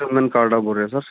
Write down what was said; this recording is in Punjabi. ਅਮਨ ਕਾਲੜਾ ਬੋਲ ਰਿਹਾ ਸਰ